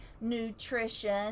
nutrition